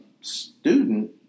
student